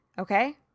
Okay